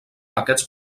aquests